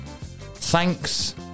Thanks